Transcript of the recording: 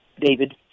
David